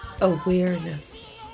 awareness